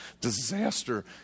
Disaster